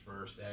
first